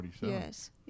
Yes